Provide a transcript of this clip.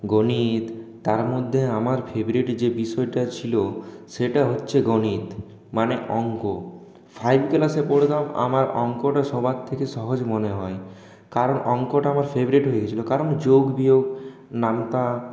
গণিত তার মধ্যে আমার ফেভারিট যে বিষয়টা ছিল সেটা হচ্ছে গণিত মানে অঙ্ক ফাইভ ক্লাসে পড়তাম আমার অঙ্কটা সবার থেকে সহজ মনে হয় কারণ অঙ্কটা আমার ফেভারিট হয়ে গিয়েছিল কারণ যোগ বিয়োগ নামতা